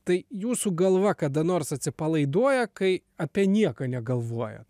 tai jūsų galva kada nors atsipalaiduoja kai apie nieką negalvojat